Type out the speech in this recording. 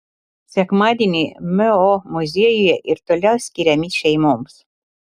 sekmadieniai mo muziejuje ir toliau skiriami šeimoms